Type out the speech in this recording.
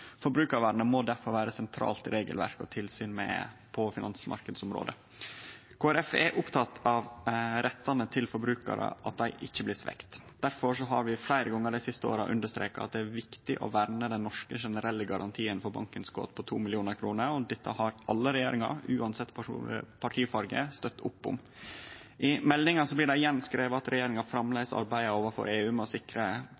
Forbrukarvernet må difor vere sentralt i regelverket og tilsyn på finansmarknadsområdet. Kristeleg Folkeparti er oppteke av at rettane til forbrukarane ikkje blir svekte. Difor har vi fleire gongar dei siste åra understreka at det er viktig å verne den norske generelle garantien på bankinnskot på 2 mill. kr. Dette har alle regjeringar, uansett partifarge, støtta opp om. I meldinga blir det igjen skrive at regjeringa